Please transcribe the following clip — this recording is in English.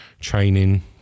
training